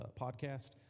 podcast